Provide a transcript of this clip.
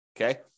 okay